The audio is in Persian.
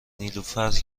نیلوفر